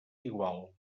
igual